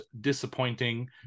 disappointing